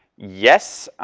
yes,